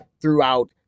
throughout